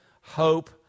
hope